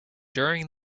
during